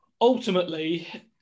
ultimately